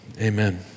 Amen